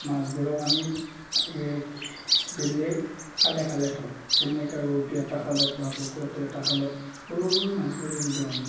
মাছবোৰক আমি বেলেগ খালে খালে থওঁ যেনেকুৱা ৰৌটো এটা খালত বা ভকুৱাটো এটা খালত সৰু সৰু মাছবোৰ এৰি দিওঁ আমি